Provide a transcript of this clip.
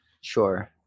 Sure